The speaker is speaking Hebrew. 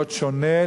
להיות שונה,